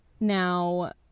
Now